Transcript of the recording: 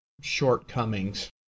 shortcomings